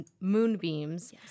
moonbeams